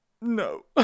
No